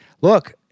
look